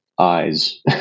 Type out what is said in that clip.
eyes